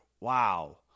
wow